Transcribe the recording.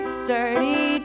sturdy